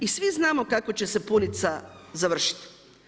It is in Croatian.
I svi znamo kako će sapunica završiti.